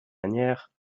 manière